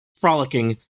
frolicking